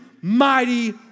mighty